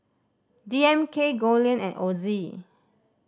D M K Goldlion and Ozi